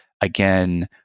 Again